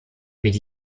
mit